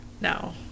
no